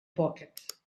pocket